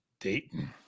Dayton